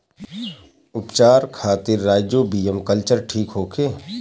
उपचार खातिर rhizobium culture ठीक होखे?